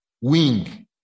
wing